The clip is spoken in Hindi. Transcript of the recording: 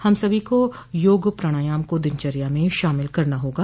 हम सभी को योग प्रणायाम को दिनचर्या में शामिल करना होगा